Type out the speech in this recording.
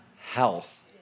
health